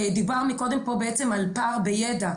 דיברנו מקודם פה בעצם על פער בידע,